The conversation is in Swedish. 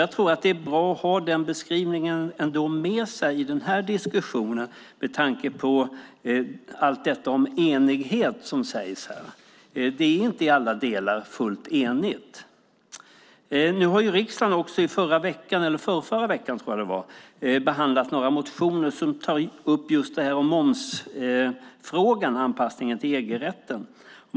Jag tror att det ändå är bra att ha med sig denna beskrivning i denna diskussion med tanke på allt det som här sägs om enighet. Det är inte full enighet i alla delar. Riksdagen behandlade i förrförra veckan, tror jag att det var, några motioner som tar upp just momsfrågan och anpassningen till EU-rätten.